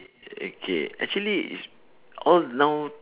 okay actually is all now